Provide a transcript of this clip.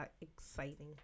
exciting